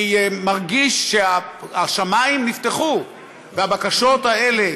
אני מרגיש שהשמיים נפתחו והבקשות האלה